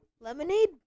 Lemonade